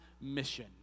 mission